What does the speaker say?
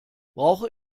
brauche